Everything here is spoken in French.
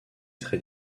très